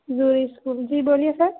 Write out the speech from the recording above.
ذوئی school ji بولیے سر